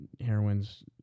heroin's